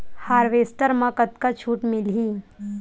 Harvester म कतका छूट मिलही?